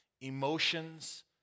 emotions